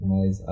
Mas